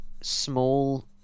small